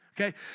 Okay